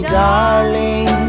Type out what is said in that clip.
darling